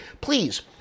Please